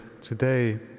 today